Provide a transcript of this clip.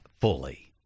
fully